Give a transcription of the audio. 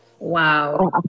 Wow